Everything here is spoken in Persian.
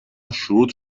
شروط